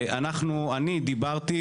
אני מסכים איתך, יש תקלות.